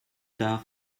tard